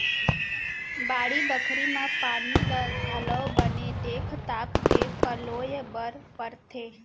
बाड़ी बखरी म पानी ल घलौ बने देख ताक के पलोय बर परथे